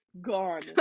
gone